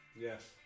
Yes